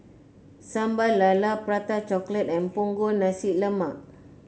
Sambal Lala Prata Chocolate and Punggol Nasi Lemak